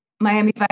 Miami